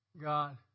God